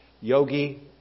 Yogi